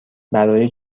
برای